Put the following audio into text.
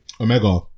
omega